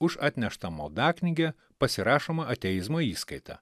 už atneštą maldaknygę pasirašoma ateizmo įskaita